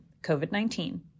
COVID-19